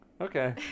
okay